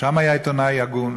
שם היה עיתונאי הגון,